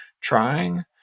trying